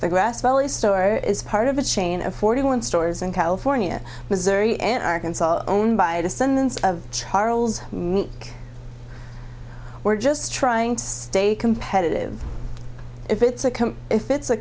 the grass valley store is part of a chain of forty one stores in california missouri and arkansas owned by descendants of charles meek we're just trying to stay competitive if it's a come if it's a